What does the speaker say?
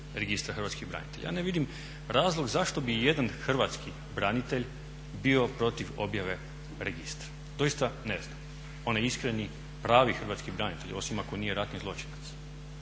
Registra hrvatskih branitelja. Ja ne vidim razloga zašto bi ijedan hrvatski branitelj bio protiv objave registra, doista ne znam. Onaj iskreni, pravi hrvatski branitelj, osim ako nije ratni zločinac.